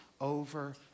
over